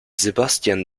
sebastian